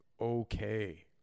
okay